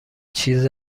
چیز